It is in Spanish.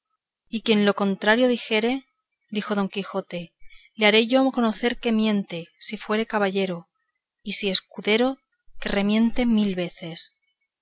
yelmo y quien lo contrario dijere dijo don quijote le haré yo conocer que miente si fuere caballero y si escudero que remiente mil veces